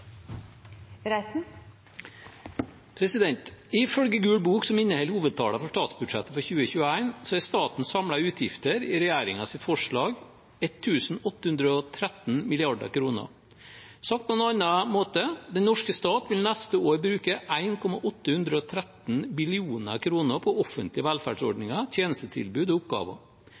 utgifter i regjeringens forslag 1 813 mrd. kr. Sagt på en annen måte, den norske stat vil neste år bruke 1,813 billioner kroner på offentlige velferdsordninger, tjenestetilbud og oppgaver.